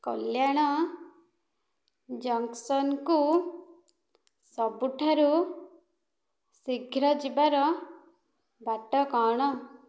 କଲ୍ୟାଣ ଜଙ୍କସନ୍କୁ ସବୁଠାରୁ ଶୀଘ୍ର ଯିବାର ବାଟ କ'ଣ